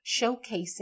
showcasing